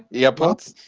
yeah, books.